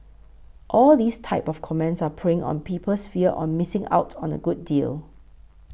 all these type of comments are preying on people's fear on missing out on a good deal